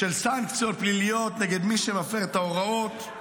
של סנקציות פליליות נגד מי שמפר את ההוראות.